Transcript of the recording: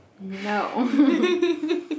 no